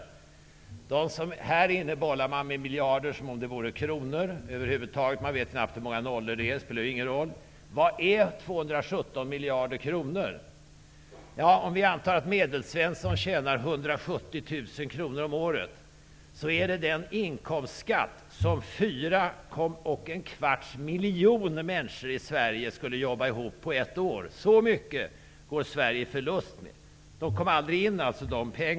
Här i riksdagen bollar man med miljarder som om det vore kronor. Man vet knappt hur många nollor det är i beloppen -- det spelar ju ingen roll. Hur mycket är 217 miljarder kronor? Om vi antar att Medelsvensson tjänar 170 000 kr om året är det den inkomstskatt som fyra och en kvarts miljon människor i Sverige skulle jobba ihop på ett år. Med så mycket går Sverige i förlust. De pengarna kommer alltså aldrig in!